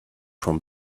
from